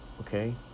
Okay